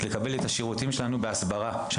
לקבל את שירותי ההסברה שלנו,